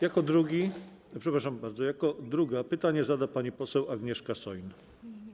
Jako drugi, przepraszam bardzo, jako druga pytanie zada pani poseł Agnieszka Soin.